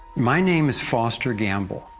my name is foster gamble,